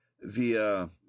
via